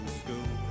school